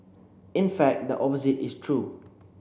in fact the opposite is true